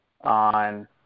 on